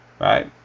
Right